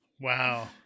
wow